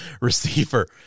receiver